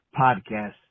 podcast